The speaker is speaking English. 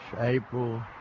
April